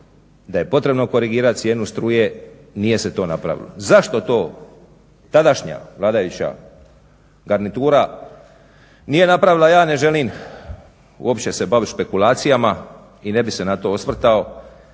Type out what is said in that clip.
da je potrebno korigirat cijenu struje, nije se to napravilo. Zašto to tadašnja vladajuća garnitura nije napravila ja ne želim uopće se baviti špekulacijama i ne bih se na to osvrtao.